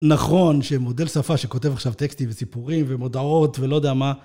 נכון שמודל שפה שכותב עכשיו טקסטים וסיפורים ומודעות ולא יודע מה.